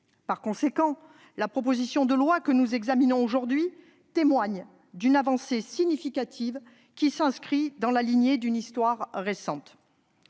soutenu. La proposition de loi que nous examinons aujourd'hui témoigne d'une avancée significative, qui s'inscrit dans la lignée l'une histoire récente.